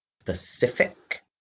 specific